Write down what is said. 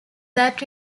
that